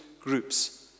groups